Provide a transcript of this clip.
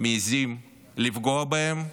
מעיזים לפגוע בהם,